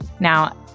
Now